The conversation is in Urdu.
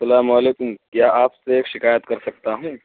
السلام علیکم کیا آپ سے ایک شکایت کر سکتا ہوں